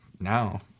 now